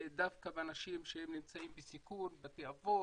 ודווקא בקרב אנשים שנמצאים בסיכון בתי אבות,